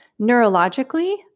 neurologically